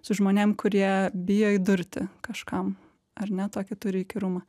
su žmonėm kurie bijo įdurti kažkam ar ne tokį turi įkyrumą